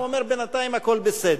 והוא אומר: בינתיים הכול בסדר.